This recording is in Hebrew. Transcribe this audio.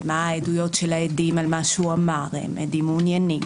ומה העדויות של העדים על מה שהוא אמר והאם עדים מעוניינים.